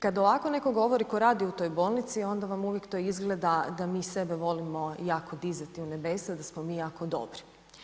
Kada ovako neko govori ko radi u toj bolnici onda vam to uvijek izgleda da mi sebe volimo jako dizati u nebesa, da smo mi jako dobri.